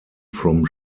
from